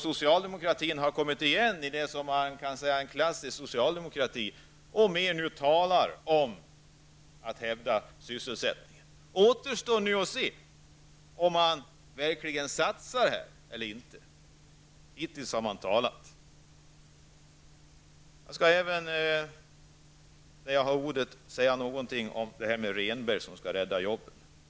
Socialdemokraterna har kommit igen i en fråga som är klassisk för socialdemokratin, nämligen hävdandet av sysselsättningen. Det återstår nu att se om man verkligen satsar. Hittills har man bara talat. Jag skall även säga något om Rehnbergkommissionen, som skall rädda jobben.